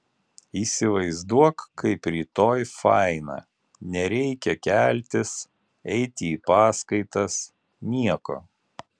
įsivaizduok kaip rytoj faina nereikia keltis eiti į paskaitas nieko